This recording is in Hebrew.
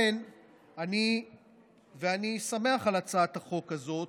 אני שמח על הצעת החוק הזאת,